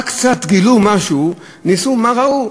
רק גילו קצת משהו, מה ראו?